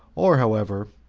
or, however,